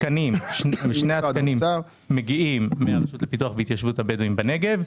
שני התקנים מגיעים מהרשות לפיתוח והתיישבות הבדואים בנגב,